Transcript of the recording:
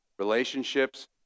relationships